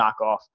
knockoff